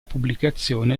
pubblicazione